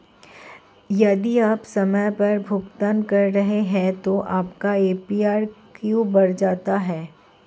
यदि आप समय पर भुगतान कर रहे हैं तो आपका ए.पी.आर क्यों बढ़ जाता है?